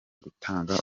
gutanga